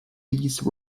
these